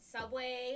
Subway